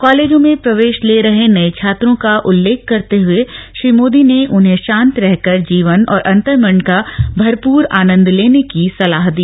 कॉलेजों में प्रवेश ले रहे नए छात्रों का उल्लेख करते हुए श्री मोदी ने उन्हें शांत रहकर जीवन और अन्तर्मन का भरपूर आनंद लेने की सलाह दी